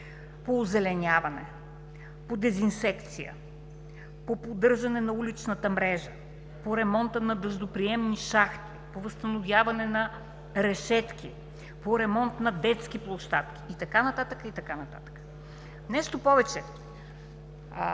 по озеленяване, по дезинсекция, по поддържане на уличната мрежа, по ремонт на дъждоприемни шахти, по възстановяване на решетки, по ремонт на детски площадки и така нататък, и така